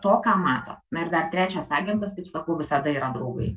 to ką mato na ir dar trečias agentas taip sakau visada yra draugai